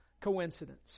coincidence